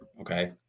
Okay